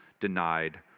denied